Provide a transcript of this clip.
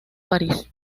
parís